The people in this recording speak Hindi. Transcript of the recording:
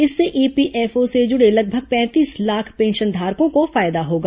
इससे ईपीएफओ से जूड़े लगभग पैंतीस लाख पेंशनधारकों को फायदा होगा